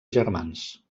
germans